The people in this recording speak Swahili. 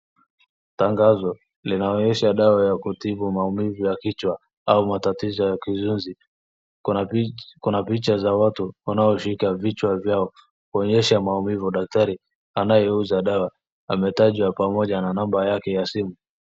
Tangazo linaonyesha dawa ya kutibu maumivu ya kichwa au matatizo ya kisunzi. Kuna picha za watu wanaoshika vichwa vyao kuonyesha maumivu. Daktari anayeuza dawa ametajwa pamoja na namba yake ya simu.